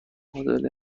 مدل